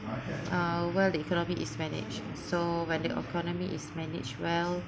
uh well the economy is managed so when the economy is managed well